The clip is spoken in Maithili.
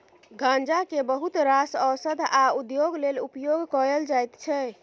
गांजा केँ बहुत रास ओषध आ उद्योग लेल उपयोग कएल जाइत छै